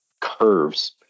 curves